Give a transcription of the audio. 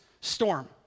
storm